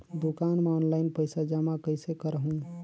दुकान म ऑनलाइन पइसा जमा कइसे करहु?